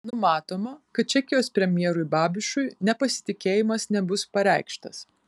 numatoma kad čekijos premjerui babišui nepasitikėjimas nebus pareikštas